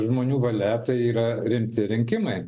žmonių valia tai yra rimti rinkimai